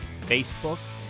Facebook